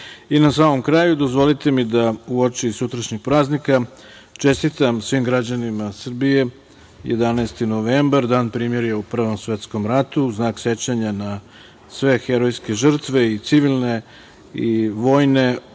samom kraju, dozvolite mi da uoči sutrašnjeg praznika čestitam svim građanima Srbije 11. novembar, Dan primirja u Prvom svetskom ratu, u znak sećanja na sve herojske žrtve, i civilne i vojne,